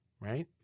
right